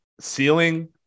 ceiling